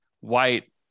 white